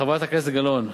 חברת הכנסת גלאון,